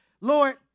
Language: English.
Lord